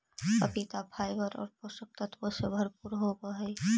पपीता फाइबर और पोषक तत्वों से भरपूर होवअ हई